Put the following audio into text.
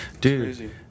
Dude